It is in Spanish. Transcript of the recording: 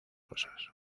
cosas